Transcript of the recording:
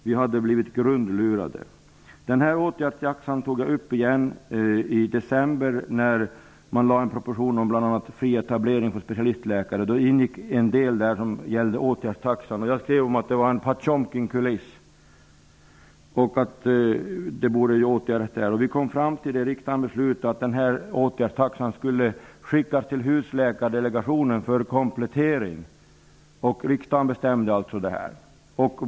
Vi hade blivit grundlurade. Åtgärdstaxan tog jag upp igen i december, när regeringen lade fram en proposition om bl.a. fri etablering för specialistläkare. Då ingick en del som gällde åtgärdstaxan, och jag skrev att det var en Husläkardelegationen för komplettering.